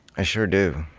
i sure do.